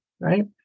right